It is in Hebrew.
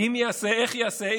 אם ייעשה, איך ייעשה?